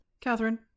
Catherine